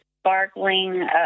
sparkling